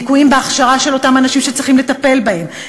ליקויים בהכשרה של אותם אנשים שצריכים לטפל בהם,